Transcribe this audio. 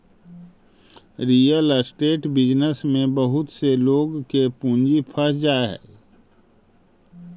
real estate business में बहुत से लोग के पूंजी फंस जा हई